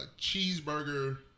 cheeseburger